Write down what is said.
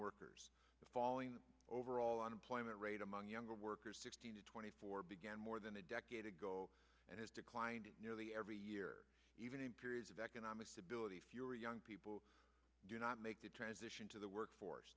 workers following the overall unemployment rate among younger workers sixteen to twenty four began more than a decade ago and has declined nearly every year even in periods of economic stability fewer young people do not make the transition to the workforce